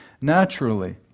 naturally